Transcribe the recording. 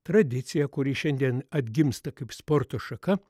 tradiciją kuri šiandien atgimsta kaip sporto šaka